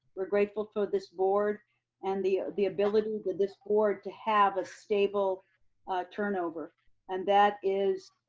we're grateful for this board and the the ability with this board to have a stable turnover and that is,